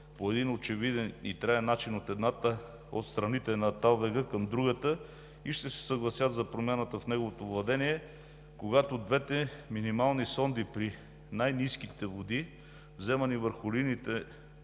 по един очевиден и траен начин от едната от страните на талвега към другата и ще се съгласят за промяната на неговото владение, когато двете минимални сонди при най-ниските води, вземани върху линиите